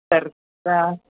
तर चा